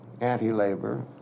anti-labor